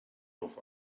off